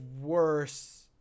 worse